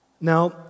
Now